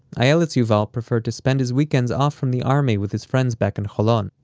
ayelet's yuval preferred to spend his weekends off from the army with his friends back in holon.